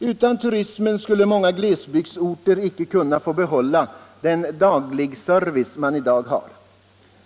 Utan turismen skulle många glesbygdsorter icke kunna få behålla den dagligservice som de i dag har.